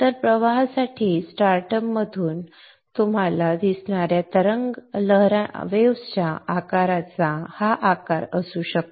तर प्रवाहांसाठी स्टार्टअपपासून आपल्याला दिसणार्या तरंगाच्या आकाराचा हा आकार असू शकतो